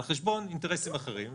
על חשבון אינטרסים אחרים.